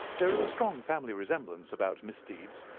there is a strong family resemblance about misdeeds,